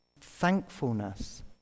thankfulness